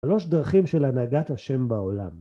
שלוש דרכים של הנהגת השם בעולם.